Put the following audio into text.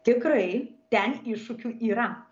tikrai ten iššūkių yra